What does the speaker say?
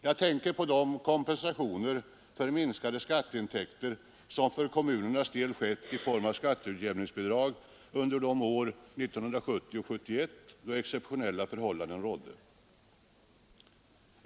Jag tänker på de kompensationer för minskade skatteintäkter som för kommunernas del skett i form av skatteutjämningsbidrag under de år — 1970 och 1971 — då exceptionella förhållanden rådde.